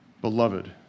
Beloved